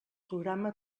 programa